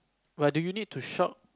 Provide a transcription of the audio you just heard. but do you need to shout